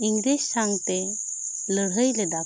ᱤᱝᱨᱮᱡᱽ ᱥᱟᱶᱛᱮ ᱞᱟᱹᱲᱦᱟᱹᱭ ᱞᱮᱫᱟ ᱠᱚ